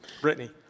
Brittany